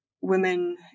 women